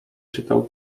czytał